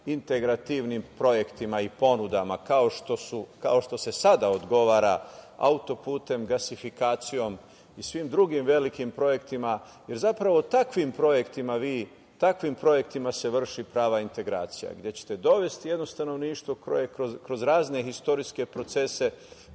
integrativnim projektima i ponudama, kao što se sada odgovora autoputem, gasifikacijom i svim drugim velikim projektima, jer zapravo takvim projektima se vrši prava integracija. Gde ćete jedno stanovništvo koje je kroz razne istorijske procese